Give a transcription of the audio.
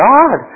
God